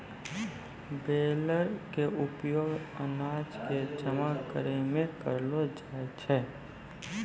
baler के उपयोग अनाज कॅ जमा करै मॅ करलो जाय छै